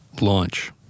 Launch